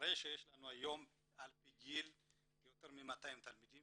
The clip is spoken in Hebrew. הרי שיש לנו היום על פי גיל יותר מ-200 תלמידים